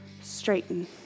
straighten